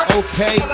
okay